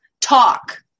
talk